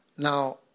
Now